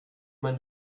man